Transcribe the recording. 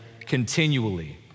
continually